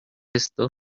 esto